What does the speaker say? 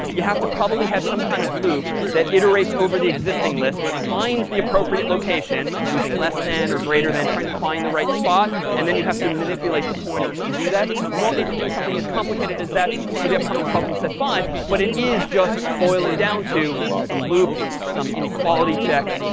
you have to probably have some kind of loop that iterates over the existing list, finds the appropriate location using less than or greater than, trying to find the right spot. and then you have to manipulate the pointers to do that. you won't need to do something as complicated as that for the upcoming problem set five. but it is just boiling down to some loops, some inequality checks,